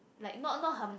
like not not her